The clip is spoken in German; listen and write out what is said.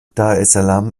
daressalam